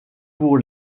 pour